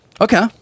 Okay